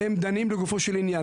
והם דנים לגופו של עניין.